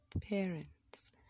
parents